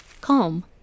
calm